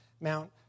Mount